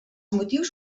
motius